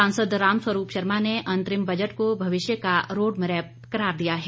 सांसद राम स्वरूप शर्मा ने अंतरिम बजट को भविष्य का रोड़ मैप करार दिया है